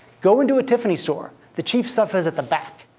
go into a tiffany store. the cheap stuff is at the back.